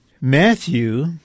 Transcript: Matthew